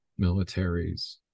militaries